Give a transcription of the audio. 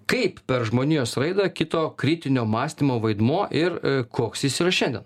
kaip per žmonijos raidą kito kritinio mąstymo vaidmuo ir koks jis yra šiandien